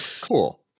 cool